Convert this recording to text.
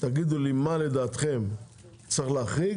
תגידו לי מה לדעתכם צריך להחריג,